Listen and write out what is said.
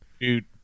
Dude